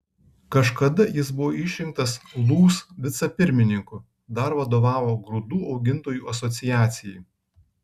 kažkada jis buvo išrinktas lūs vicepirmininku dar vadovavo grūdų augintojų asociacijai